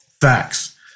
Facts